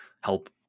help